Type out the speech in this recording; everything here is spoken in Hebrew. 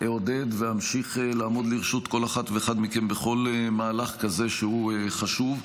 אעודד ואמשיך לעמוד לרשות כל אחד ואחד מכם בכל מהלך כזה שהוא חשוב.